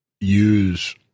use